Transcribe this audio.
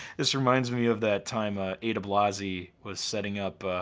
this reminds me of that time ah adiblasi was setting up,